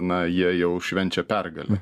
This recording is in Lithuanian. na jie jau švenčia pergalę